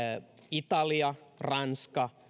italia ja ranska